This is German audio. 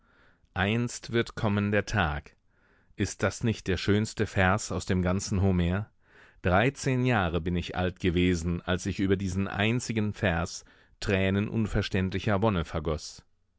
einst wird kommen der tag ist das nicht der schönste vers aus dem ganzen homer dreizehn jahre bin ich alt gewesen als ich über diesen einzigen vers tränen unverständlicher wonne vergoß